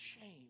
shame